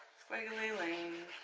squiggle lines!